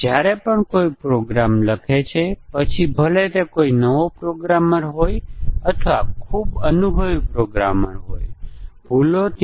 આપણે તપાસવાનો પ્રયાસ કરીએ છીએ કારણ કે આ પ્રોગ્રામર દ્વારા કરવામાં આવેલી લાક્ષણિક પ્રોગ્રામ ભૂલો છે